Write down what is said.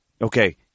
okay